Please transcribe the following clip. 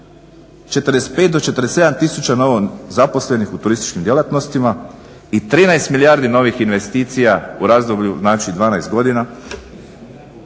45 do 47000 novozaposlenih u turističkim djelatnostima i 13 milijardi novih investicija u razdoblju znači 12 godina.